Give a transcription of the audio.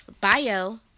bio